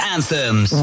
Anthems